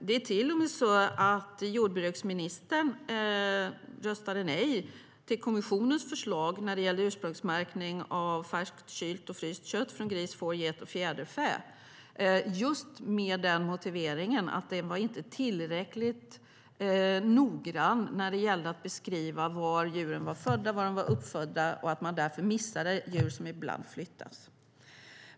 Det var till och med så att jordbruksministern röstade nej till kommissionens förslag när det gällde ursprungsmärkning av färskt, kylt och fryst kött från gris, får, get och fjäderfä med motiveringen att den inte var tillräckligt noggrann när det gällde att beskriva var djuren var födda och uppfödda och att man därför missade djur som ibland flyttas.